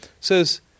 says